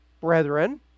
brethren